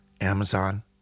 Amazon